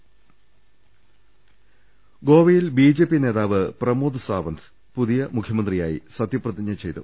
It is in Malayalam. ള്ള ൽ ഗോവയിൽ ബിജെപി നേതാവ് പ്രമോദ് സാവന്ത് പുതിയ മുഖ്യമ ന്ത്രിയായി സത്യപ്രതിജ്ഞ ചെയ്തു